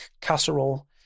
casserole